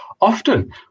often